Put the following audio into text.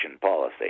policy